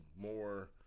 more